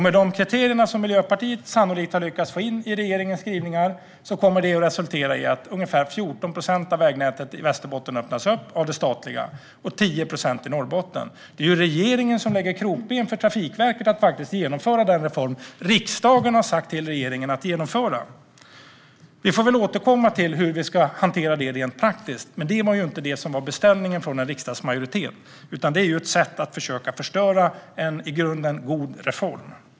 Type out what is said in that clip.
Med de kriterier som Miljöpartiet sannolikt har lyckats få in i regeringens skrivningar kommer det att resultera i att ungefär 14 procent av vägnätet i Västerbotten öppnas av det statliga och 10 procent i Norrbotten. Det är regeringen som lägger krokben för Trafikverket att genomföra den reform som riksdagen har sagt till regeringen att genomföra. Vi väl får återkomma till hur vi ska hantera det rent praktiskt. Men det var inte beställningen från en riksdagsmajoritet. Det är ett sätt att försöka förstöra en i grunden god reform. Herr talman!